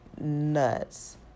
nuts